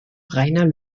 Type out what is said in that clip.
reiner